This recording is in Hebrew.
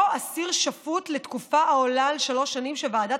או כאסיר שפוט לתקופה העולה על שלוש שנים שוועדת